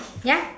ya